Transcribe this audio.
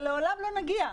ולעולם לא נגיע.